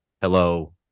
hello